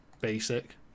basic